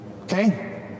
Okay